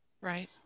Right